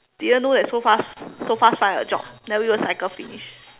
didn't know that so fast so fast find a job never even cycle finish